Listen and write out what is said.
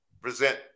present